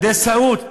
הנדסאות.